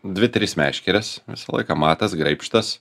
dvi tris meškeres visą laiką matas graibštas